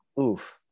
oof